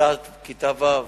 כיתה ו'